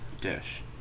Dish